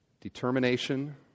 Determination